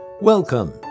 Welcome